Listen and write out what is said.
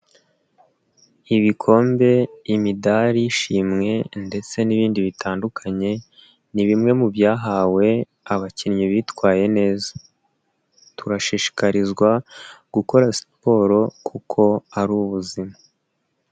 Ibikombe, imidari y'ishimwe ndetse n'ibindi bitandukanye, ni bimwe mu byahawe abakinnyi bitwaye neza, turashishikarizwa gukora siporo kuko ari ubuzima.